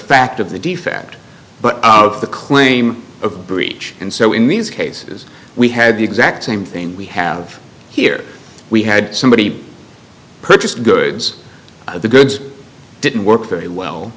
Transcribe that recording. fact of the defect but of the claim of breach and so in these cases we had the exact same thing we have here we had somebody purchased goods the goods didn't work very well